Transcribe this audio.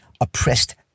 oppressed